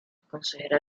consejera